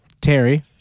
Terry